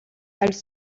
elles